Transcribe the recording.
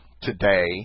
today